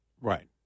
Right